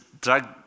drug